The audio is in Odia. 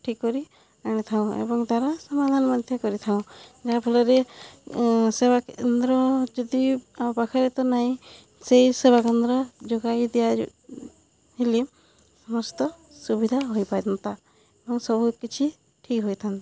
ଠିକ୍ କରି ଆଣିଥାଉ ଏବଂ ତା'ର ସମାଧାନ ମଧ୍ୟ କରିଥାଉ ଯାହା ଫଳରେ ସେବା କେନ୍ଦ୍ର ଯଦି ଆମ ପାଖରେ ତ ନାହିଁ ସେହି ସେବାକେନ୍ଦ୍ର ଯୋଗାଇ ଦିଆହେଲେ ସମସ୍ତ ସୁବିଧା ହୋଇପାରନ୍ତା ଏବଂ ସବୁ କିଛି ଠିକ୍ ହୋଇଥାନ୍ତା